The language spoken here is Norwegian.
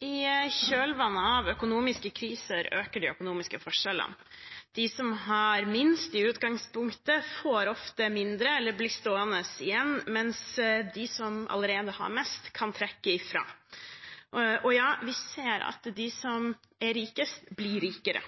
I kjølvannet av økonomiske kriser øker de økonomiske forskjellene. De som har minst i utgangspunktet, får ofte mindre eller blir stående igjen, mens de som allerede har mest, kan trekke ifra. Og ja, vi ser at de som er rikest, blir rikere.